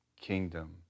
kingdom